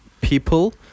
people